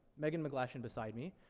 megan mcglashan beside me,